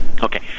Okay